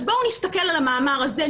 בואו נסתכל על המאמר הזה,